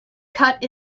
cut